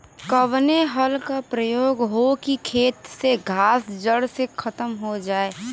कवने हल क प्रयोग हो कि खेत से घास जड़ से खतम हो जाए?